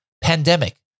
Pandemic